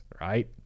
right